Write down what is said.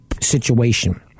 situation